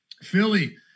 Philly